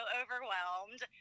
overwhelmed